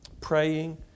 praying